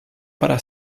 para